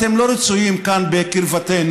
אתם לא רצויים כאן בקרבתנו,